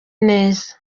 neza